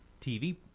TV